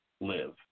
live